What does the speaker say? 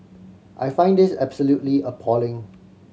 I find this absolutely appalling